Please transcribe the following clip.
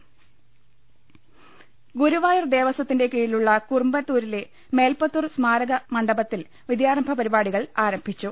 രദ്ദേഷ്ടങ ഗുരുവായൂർ ദേവസ്ഥത്തിന്റെ കീഴിലുള്ള കുറുമ്പത്തൂരിലെ മേല്പത്തൂർ സ്മാരക മണ്ഡപത്തിൽ വിദ്യാരംഭ പരിപാടികൾ ആരംഭിച്ചു